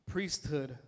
priesthood